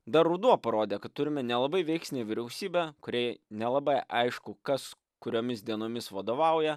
dar ruduo parodė kad turime nelabai veiksnią vyriausybę kuriai nelabai aišku kas kuriomis dienomis vadovauja